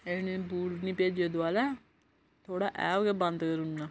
एह् नेह् बूट नी भेजेओ दुआरै थुआढ़ा ऐप गै बन्द करी उड़ना